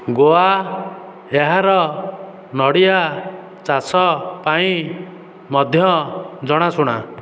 ଗୋଆ ଏହାର ନଡ଼ିଆ ଚାଷ ପାଇଁ ମଧ୍ୟ ଜଣାଶୁଣା